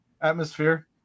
atmosphere